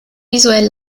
visuell